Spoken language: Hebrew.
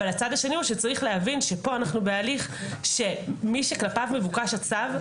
אבל הצד השני הוא שצריך להבין שפה אנחנו בהליך שמי שכלפיו מבוקש הצו,